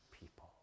people